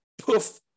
poof